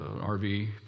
RV